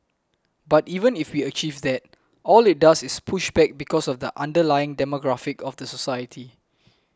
but even if we achieve that all it does is push back because of the underlying demographic of the society